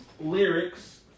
lyrics